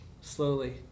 slowly